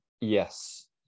Yes